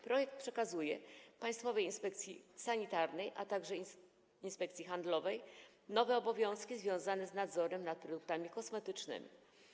Projekt przekazuje Państwowej Inspekcji Sanitarnej, a także Państwowej Inspekcji Handlowej nowe obowiązki związane z nadzorem nad produktami kosmetycznymi.